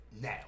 now